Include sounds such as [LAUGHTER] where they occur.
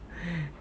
[NOISE]